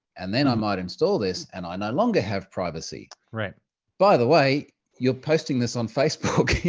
and then i might install this, and i no longer have privacy. by the way, you're posting this on facebook.